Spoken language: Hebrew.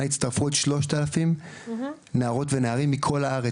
הצטרפו עוד כ-3,000 נערות ונערים מכל הארץ,